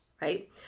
right